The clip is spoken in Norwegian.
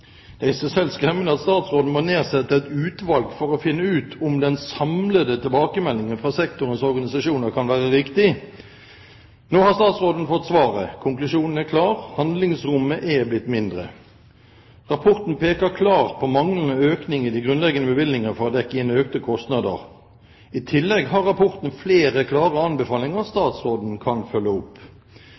Det er i seg selv skremmende at statsråden må nedsette et utvalg for å finne ut om den samlede tilbakemeldingen fra sektorens organisasjoner kan være riktig. Nå har statsråden fått svaret. Konklusjonen er klar: Handlingsrommet er blitt mindre. Rapporten peker klart på manglende økning i de grunnleggende bevilgninger for å dekke inn økte kostnader. I tillegg har rapporten flere klare anbefalinger statsråden kan følge opp.